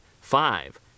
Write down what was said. five